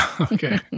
Okay